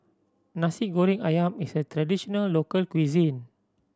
Nasi Goreng Ayam is a traditional local cuisine